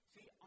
See